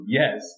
yes